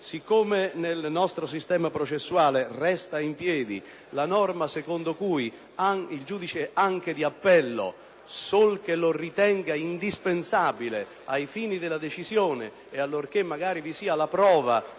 siccome nel nostro sistema processuale resta in piedi la norma secondo la quale il giudice anche d’appello, sol che lo ritenga indispensabile ai fini della decisione e allorche´ magari vi sia la prova